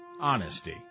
honesty